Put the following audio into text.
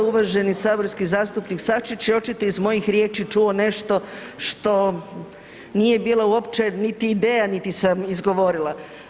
Uvaženi saborski zastupnik Sačić je očito iz mojih riječi čuo nešto što nije bilo uopće niti ideja, niti sam izgovorila.